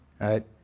right